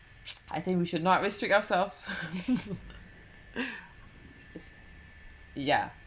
I think we should not restrict ourselves yeah